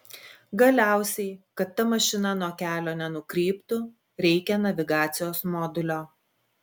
galiausiai kad ta mašina nuo kelio nenukryptų reikia navigacijos modulio